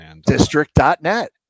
District.net